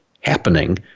happening